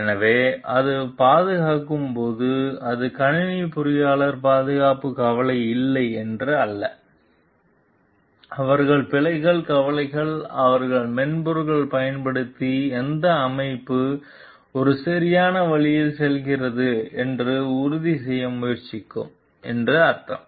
எனவே அது பாதிக்கும் போது அது கணினி பொறியாளர்கள் பாதுகாப்பு கவலை இல்லை என்று அல்ல அவர்கள் பிழைகள் கவலை அவர்கள் மென்பொருள் பயன்படுத்தி எந்த அமைப்பு ஒரு சரியான வழியில் செயல்படுகிறது என்று உறுதி செய்ய முயற்சி என்று அர்த்தம்